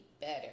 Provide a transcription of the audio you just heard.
better